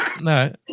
No